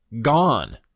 gone